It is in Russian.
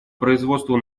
производству